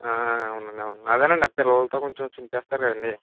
అవును అండి అవును అదేను అండి ఆ పిల్లలతో కొంచెం చింపేస్తారు కదండీ